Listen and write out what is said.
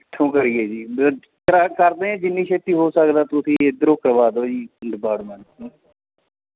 ਕਿੱਥੋਂ ਕਰੀਏ ਜੀ ਭਰਾ ਕਰਦੇ ਹਾਂ ਜਿੰਨੀ ਛੇਤੀ ਹੋ ਸਕਦਾ ਤੁਸੀਂ ਇਧਰੋਂ ਕਰਵਾ ਦਿਉ ਜੀ ਡਿਪਾਰਟਮੈਂਟ ਤੋਂ